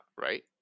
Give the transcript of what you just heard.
right